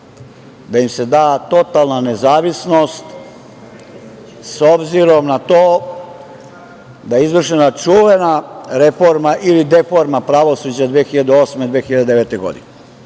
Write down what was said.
da im se da totalna nezavisnost s obzirom na to da je izvršena čuvena reforma ili deforma pravosuđa 2008. i 2009. godine.